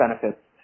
benefits